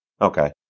Okay